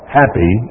happy